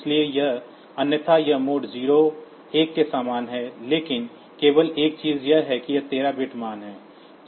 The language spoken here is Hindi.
इसलिए यह अन्यथा यह मोड 0 मोड 1 के समान है लेकिन केवल एक चीज यह है कि यह 13 बिट मान है